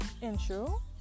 intro